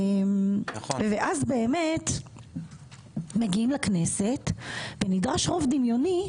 אז מגיעים לכנסת ונדרש רוב דמיוני,